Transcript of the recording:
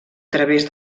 través